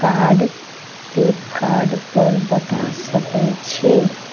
cart फ्लिपकार्टपर बता सकय छी